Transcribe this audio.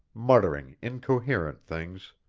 muttering incoherent things.